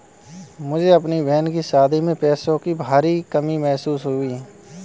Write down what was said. मुझे अपने बहन की शादी में पैसों की भारी कमी महसूस हुई